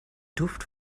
duft